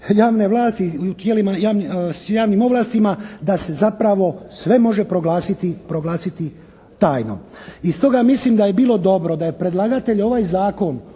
tijelima s javnim ovlastima da se zapravo sve može proglasiti tajnom. I stoga mislim da je bilo dobro da je predlagatelj ovaj zakon